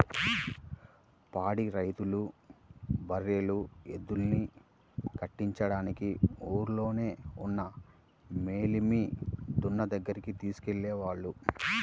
పాడి రైతులు బర్రెలు, ఎద్దుల్ని కట్టించడానికి ఊల్లోనే ఉన్న మేలిమి దున్న దగ్గరికి తీసుకెళ్ళేవాళ్ళు